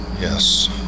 Yes